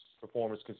performance